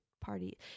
party